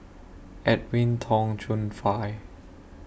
Edwin Tong Chun Fai